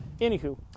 Anywho